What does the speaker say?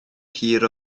hir